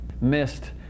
missed